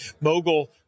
mogul